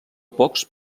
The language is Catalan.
pocs